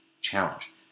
challenge